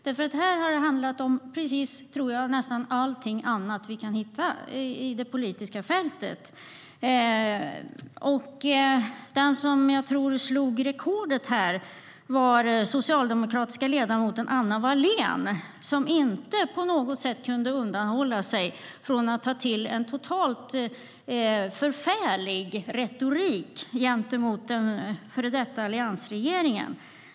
Här har det nämligen handlat om precis allt annat inom det politiska fältet. Den som jag tror slog rekordet var den socialdemokratiska ledamoten Anna Wallén som inte kunde undanhålla sig från att ta till en totalt förfärlig retorik gentemot den före detta alliansregeringen.